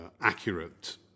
accurate